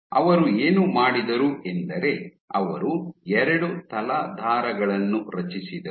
ಅವರು ಏನು ಮಾಡಿದರು ಎಂದರೆ ಅವರು ಎರಡು ತಲಾಧಾರಗಳನ್ನು ರಚಿಸಿದರು